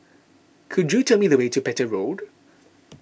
could you tell me the way to Petir Road